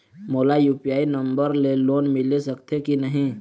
मोला UPI number ले loan मिल सकथे कि नहीं?